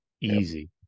easy